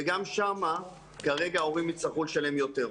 וגם שם כרגע ההורים יצטרכו לשלם יותר.